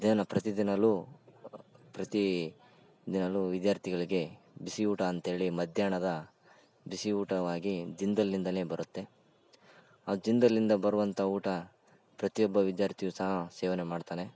ದಿನ ಪ್ರತಿದಿನ ಪ್ರತೀ ದಿನಾ ವಿದ್ಯಾರ್ಥಿಗಳಿಗೆ ಬಿಸಿ ಊಟ ಅಂತೇಳಿ ಮಧ್ಯಾಹ್ನದ ಬಿಸಿ ಊಟವಾಗಿ ಜಿಂದಾಲ್ನಿಂದ ಬರುತ್ತೆ ಆ ಜಿಂದಾಲ್ನಿಂದ ಬರುವಂಥ ಊಟ ಪ್ರತಿಯೊಬ್ಬ ವಿದ್ಯಾರ್ಥಿಯು ಸಹ ಸೇವನೆ ಮಾಡ್ತಾನೆ